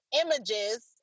images